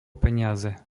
peniaze